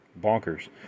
bonkers